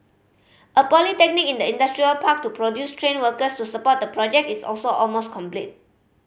a polytechnic in the industrial park to produce trained workers to support the project is also almost completed